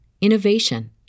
innovation